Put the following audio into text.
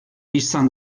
izan